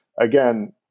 again